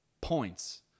points